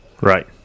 Right